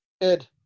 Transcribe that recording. Ed